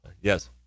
Yes